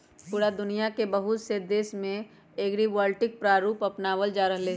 पूरा दुनिया के बहुत से देश में एग्रिवोल्टिक प्रारूप अपनावल जा रहले है